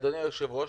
אדוני היושב ראש,